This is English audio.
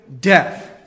death